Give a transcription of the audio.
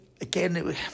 Again